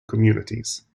communities